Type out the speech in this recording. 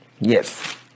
Yes